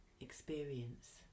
experience